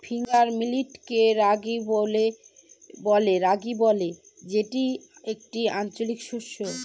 finger মিলেটকে রাগি বলে যেটি একটি আঞ্চলিক শস্য